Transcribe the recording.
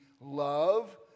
love